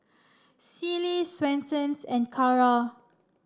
Sealy Swensens and Kara